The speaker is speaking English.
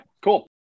cool